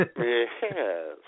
Yes